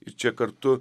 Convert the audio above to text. ir čia kartu